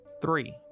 Three